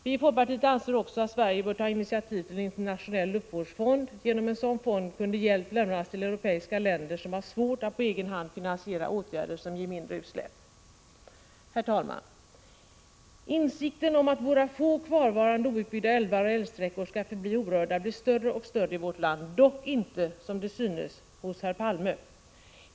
Vi i folkpartiet anser också att Sverige bör ta initiativ till en internationell luftvårdsfond. Genom en sådan fond kunde hjälp lämnas till europeiska länder som har svårt att på egen hand finansiera åtgärder som ger mindre utsläpp. Herr talman! Insikten om att våra få kvarvarande outbyggda älvar och älvsträckor skall förbli orörda blir större och större i vårt land, dock inte — som det synes — hos herr Palme.